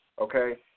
Okay